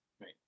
right